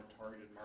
targeted